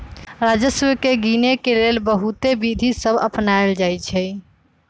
राजस्व के गिनेके लेल बहुते विधि सभ अपनाएल जाइ छइ